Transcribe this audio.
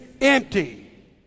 empty